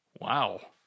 Wow